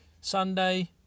Sunday